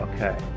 Okay